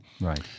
Right